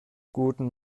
guten